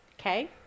Okay